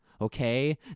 okay